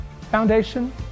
Foundation